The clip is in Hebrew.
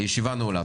הישיבה נעולה.